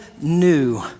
new